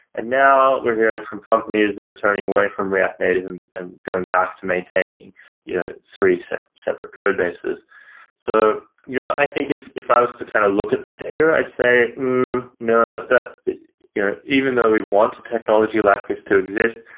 and now we're hearing from companies that are turning away from react native and and going back to maintaining you know three so separate code bases so yeah i think if if i was to kind of look at the data i'd say you know even though we want a technology like this to exist,